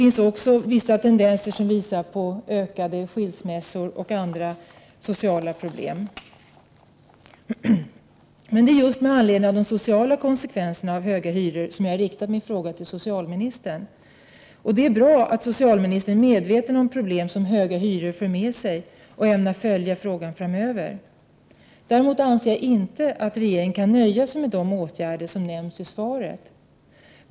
Dessutom tenderar antalet skilsmässor och andra sociala problem att öka. Det är just med anledning av de sociala konsekvenserna av höga hyror som jag har framställt min interpellation till socialministern. Det är bra att socialministern är medveten om de problem som höga hyror för med sig och att hon ämnar följa den här frågan framöver. Däremot anser jag inte att regeringen kan nöja sig med de åtgärder som nämns i svaret.